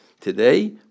Today